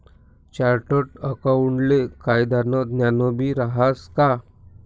chartered अकाऊंटले कायदानं ज्ञानबी रहास का